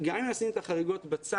גם אם נשים את החריגות בצד,